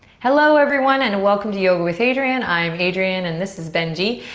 hello, everyone and and welcome to yoga with adriene. i'm adriene and this is benji.